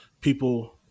people